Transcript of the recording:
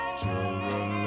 children